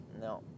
No